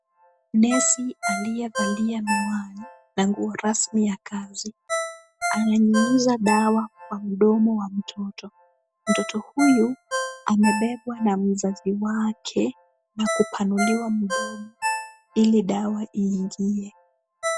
Nesi aliyevalia miwani na nguo rasmi ya kazi, ananyunyuza dawa kwa mdomo wa mtoto. Mtoto huyu amebebwa na mzazi wake na kupanuliwa mdomo ili dawa iingie.